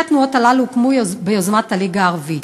שתי התנועות הללו הוקמו ביוזמת הליגה הערבית.